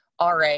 RA